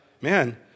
man